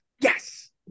Yes